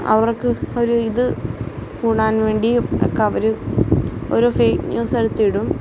അവര്ക്ക് ഒരു ഇത് കൂടാന് വേണ്ടിയും ഒക്കെ അവര് ഒരു ഫേക്ക് ന്യൂസ് എടുത്തിടും